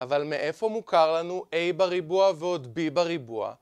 אבל מאיפה מוכר לנו A בריבוע ועוד B בריבוע?